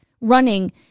running